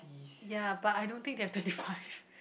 ya but I don't think they have twenty five